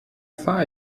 fahre